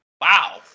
wow